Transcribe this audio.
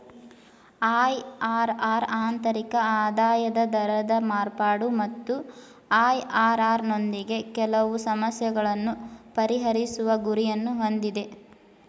IRR ಆಂತರಿಕ ಆದಾಯದ ದರದ ಮಾರ್ಪಾಡು ಮತ್ತು ಐ.ಆರ್.ಆರ್ ನೊಂದಿಗೆ ಕೆಲವು ಸಮಸ್ಯೆಗಳನ್ನು ಪರಿಹರಿಸುವ ಗುರಿಯನ್ನು ಹೊಂದಿದೆ